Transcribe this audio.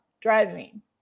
driving